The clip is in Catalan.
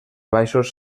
baixos